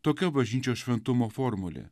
tokia bažnyčios šventumo formulė